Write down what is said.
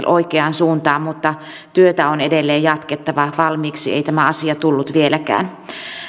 oikeaan suuntaan mutta työtä on edelleen jatkettava valmiiksi ei tämä asia tullut vieläkään